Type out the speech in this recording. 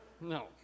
No